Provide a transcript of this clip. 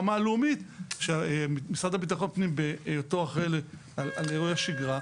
הלאומית שמשרד לביטחון פנים בהיותו אחראי על אירועי שגרה,